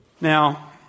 Now